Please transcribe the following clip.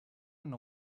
and